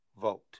vote